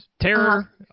Terror